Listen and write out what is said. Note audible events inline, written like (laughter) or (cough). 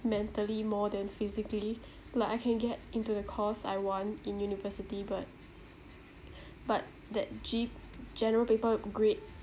mentally more than physically (breath) like I can get into the course I want in university but (breath) but that G (noise) general paper grade